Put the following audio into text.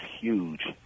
huge